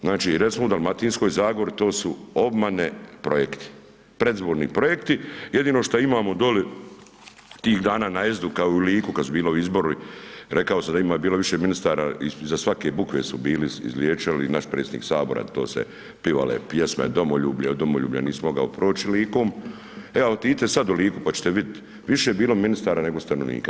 Znači, recimo u Dalmatinskoj zagori to su obmane projekti, predizborni projekti jedino što imamo doli tih dana najezdu kao i u Liku kad su bili ovi izbori, rekao sam da je bilo više ministara iza svake bukve su bili izlijećali i naš predsjednik sabora, to se pivale pjesme, domoljublje, od domoljublja nisi mogao proći Likom, e al otidite sad u Liku pa ćete vidit više je bilo ministara nego stanovnika.